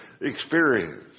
experience